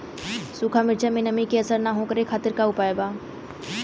सूखा मिर्चा में नमी के असर न हो ओकरे खातीर का उपाय बा?